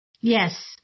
Yes